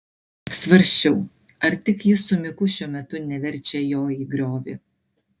svarsčiau ar tik ji su miku šiuo metu neverčia jo į griovį